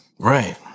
Right